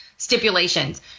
Stipulations